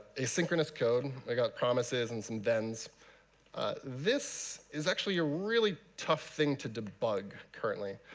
asynchronous code i've got promises and some thens this is actually a really tough thing to debug, currently.